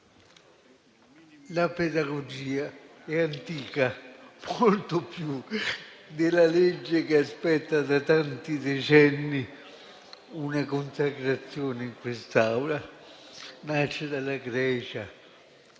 la pedagogia è antica, molto più della legge che aspetta da tanti decenni una consacrazione in quest'Aula. Nasce dalla Grecia,